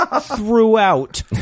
Throughout